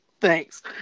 Thanks